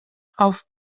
auf